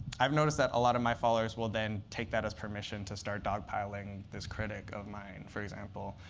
i've noticed that a lot of my followers will then take that as permission to start dog piling this critic of mine, for example.